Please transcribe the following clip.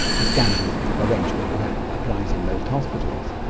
the standard arrangement that applies in most hospitals.